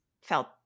felt